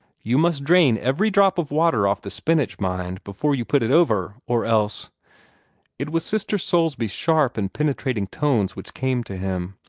you must dreen every drop of water off the spinach, mind, before you put it over, or else it was sister soulsby's sharp and penetrating tones which came to him.